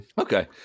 Okay